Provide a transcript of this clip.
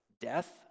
death